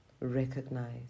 recognize